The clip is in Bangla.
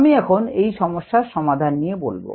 আমি এখন এই সমস্যার সমাধান নিয়ে বলব